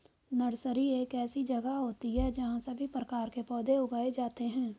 nursery एक ऐसी जगह होती है जहां सभी प्रकार के पौधे उगाए जाते हैं